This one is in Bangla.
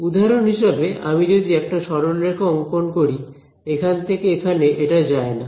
উদাহরণ হিসেবে আমি যদি একটা সরলরেখা অঙ্কন করি এখান থেকে এখানে এটা যায় না